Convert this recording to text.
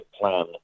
plan